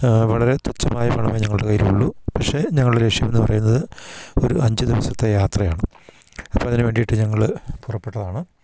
വളരെ തുച്ഛമായ പണമേ ഞങ്ങളുടെ കൈയ്യിലുള്ളൂ പക്ഷേ ഞങ്ങളുടെ ലക്ഷ്യമെന്ന് പറയുന്നത് ഒരു അഞ്ച് ദിവസത്തെ യാത്രയാണ് അപ്പം അതിന് വേണ്ടിയിട്ട് ഞങ്ങൾ പുറപ്പെട്ടതാണ്